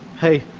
hey.